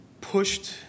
pushed